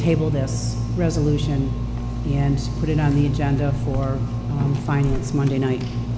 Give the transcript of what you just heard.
table this resolution and put it on the agenda for finance monday night